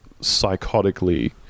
psychotically